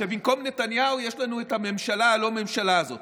כשבמקום נתניהו יש לנו את הממשלה הלא-ממשלה הזאת.